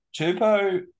Chupo